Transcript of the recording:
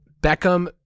Beckham